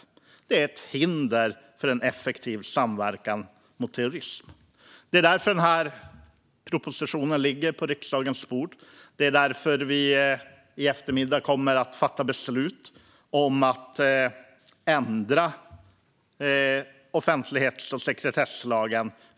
Detta är ett hinder för en effektiv samverkan mot terrorism. Av denna anledning ligger den här propositionen på riksdagens bord, och det är därför vi i eftermiddag kommer att fatta beslut om att ändra i offentlighets och sekretesslagen.